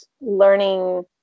learning